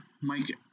Mike